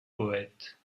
poëte